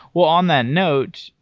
well, on that note,